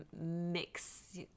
mix